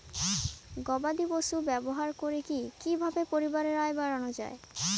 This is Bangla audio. গবাদি পশু পালন করে কি কিভাবে পরিবারের আয় বাড়ানো যায়?